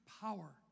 power